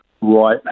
right